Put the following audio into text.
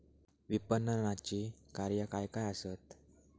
विपणनाची कार्या काय काय आसत?